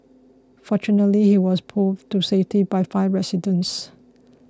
fortunately he was pulled to safety by five residents